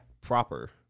proper